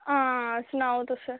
हां सनाओ तुस